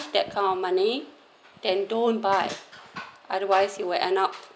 that kind of money then don't buy otherwise you will end up